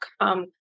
come